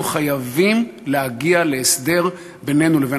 אנחנו חייבים להגיע להסדר בינינו לבין